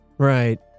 Right